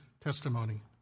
testimony